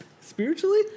Spiritually